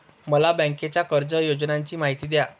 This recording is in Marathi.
मला बँकेच्या कर्ज योजनांची माहिती द्या